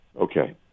Okay